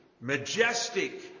majestic